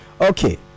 Okay